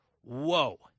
Whoa